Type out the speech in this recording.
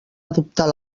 adoptar